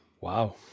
Wow